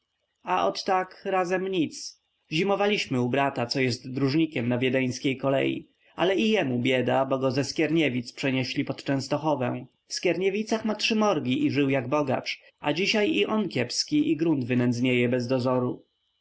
a ot tak razem nic zimowaliśmy u brata co jest dróżnikiem na wiedeńskiej kolei ale i jemu bieda bo go ze skierniewic przenieśli pod częstochowę w skierniewicach ma trzy morgi i żył jak bogacz a dzisiaj i on kiepski i grunt wynędznieje bez dozoru